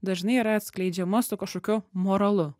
dažnai yra atskleidžiama su kažkokiu moralu